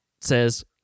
Says